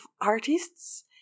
artists